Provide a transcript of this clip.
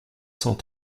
cent